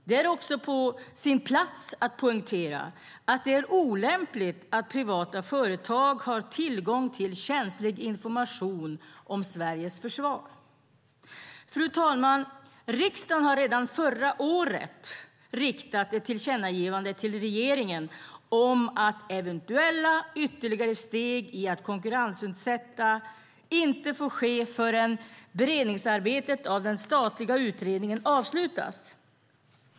Det är också på sin plats att poängtera att det är olämpligt att privata företag har tillgång till känslig information om Sveriges försvar. Fru talman! Riksdagen har redan förra året riktat ett tillkännagivande till regeringen om att eventuella ytterligare steg i att konkurrensutsätta inte får ske förrän beredningsarbetet av den statliga utredningen avslutats.